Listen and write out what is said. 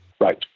Right